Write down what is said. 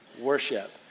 worship